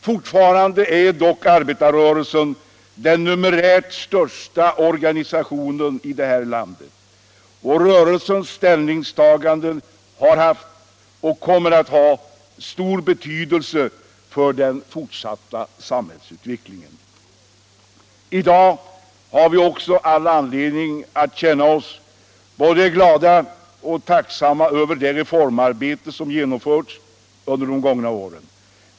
Fortfarande är dock arbetarrörelsen den numerärt största organisationen i landet. Rörelsens ställningstaganden har haft och kommer att ha stor betydelse för den fortsatta samhällsutvecklingen. I dag har vi också all anledning att känna oss både glada och tacksamma över de reformer som genomförts under de gångna åren.